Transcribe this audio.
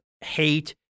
hate